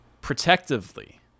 protectively